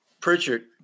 Pritchard